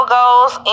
goes